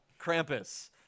Krampus